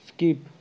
skip